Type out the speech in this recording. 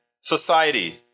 society